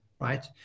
right